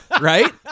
right